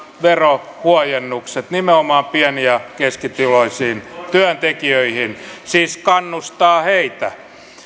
verohuojennukset nimenomaan pieni ja keskituloisiin työntekijöihin hallitus siis kannustaa heitä